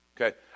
Okay